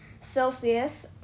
Celsius